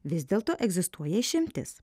vis dėlto egzistuoja išimtis